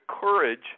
courage